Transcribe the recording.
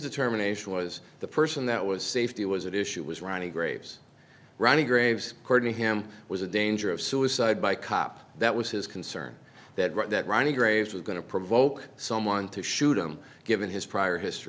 determination was the person that was safety was at issue was ronnie graves ronnie graves according to him was a danger of suicide by cop that was his concern that right that ronnie graves was going to provoke someone to shoot him given his prior history